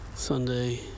Sunday